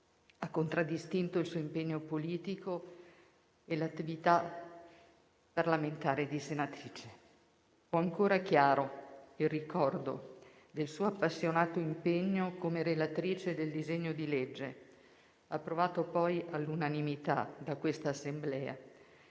ha contraddistinto il suo impegno politico e l'attività parlamentare di senatrice. Ho ancora chiaro il ricordo del suo appassionato impegno come relatrice del disegno di legge, approvato poi all'unanimità da questa Assemblea,